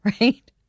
right